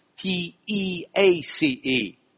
P-E-A-C-E